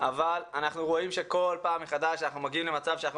אבל אנחנו רואים שכל פעם מחדש אנחנו מגיעים למצב שאנחנו